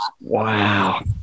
Wow